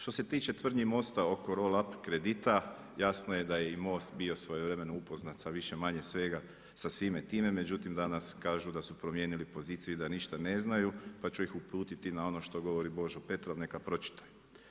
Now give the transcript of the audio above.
Što se tiče tvrdnji MOST-a oko roll up kredita, jasno je da je i MOST bio svojevremeno bio upoznat sa više-manje svega sa svime time međutim, danas kažu da su promijenili poziciju i da ništa ne znaju pa ću ih uputiti na ono što govori Božo Petrov, neka pročitaju.